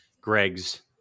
Greg's